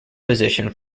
position